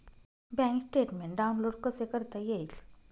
Bank statement download कसे करता येईल?